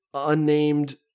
unnamed